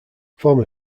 former